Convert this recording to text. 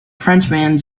frenchman